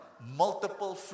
Multiple